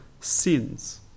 sins